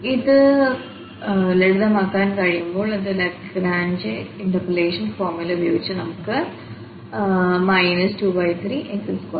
ഇത് ലളിതമാക്കാൻ കഴിയുമ്പോൾ അത് ലഗ്രാഞ്ച് ഇന്റർപോളേഷൻ ഫോർമുല ഉപയോഗിച്ചു നമുക്ക് 23x24x 73